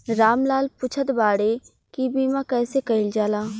राम लाल पुछत बाड़े की बीमा कैसे कईल जाला?